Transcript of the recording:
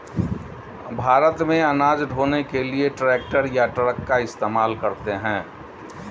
भारत में अनाज ढ़ोने के लिए ट्रैक्टर या ट्रक का इस्तेमाल करते हैं